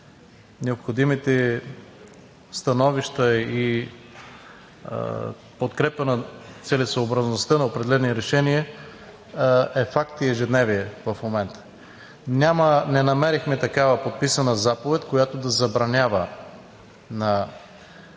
необходимите становища и подкрепа на целесъобразността на определени решения е факт и ежедневие – в момента. Не намерихме такава подписана заповед, която да забранява на